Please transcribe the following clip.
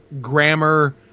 grammar